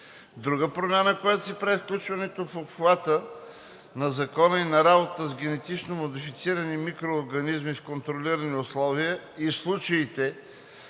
Друга промяна, която се прави, е включването в обхвата на Закона и на работата с генетично модифицирани микроорганизми в контролирани условия и в случаите,